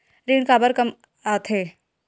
ऋण काबर कम आथे?